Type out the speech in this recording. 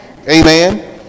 Amen